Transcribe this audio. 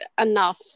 enough